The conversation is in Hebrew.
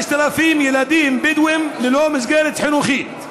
5,000 ילדים בדואים ללא מסגרת חינוכית.